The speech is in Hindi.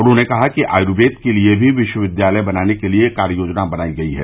उन्होंने कहा कि आयूर्वेद के लिये भी विश्वविद्यालय बनाने के लिये कार्य योजना बनाई गई है